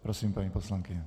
Prosím, paní poslankyně.